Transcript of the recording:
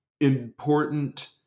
important